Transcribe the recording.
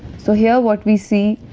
so here what we see,